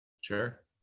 Sure